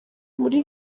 muri